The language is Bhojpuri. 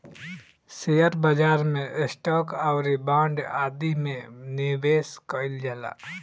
शेयर बाजार में स्टॉक आउरी बांड आदि में निबेश कईल जाला